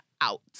out